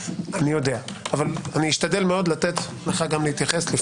אשתדל לתת לך להתייחס.